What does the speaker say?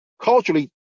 Culturally